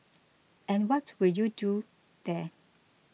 and what will you do there